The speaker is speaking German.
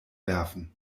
werfen